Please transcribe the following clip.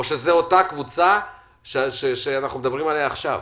או שזאת אותה קבוצה שאנחנו מדברים עליה עכשיו?